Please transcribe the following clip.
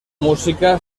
música